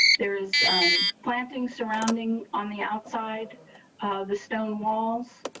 there is planting surrounding on the outside the stone walls.